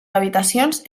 habitacions